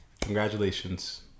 Congratulations